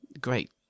great